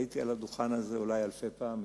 הייתי על הדוכן הזה אולי אלפי פעמים,